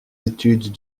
études